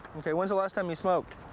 ok, when's the last time you smoked?